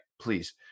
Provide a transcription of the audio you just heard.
Please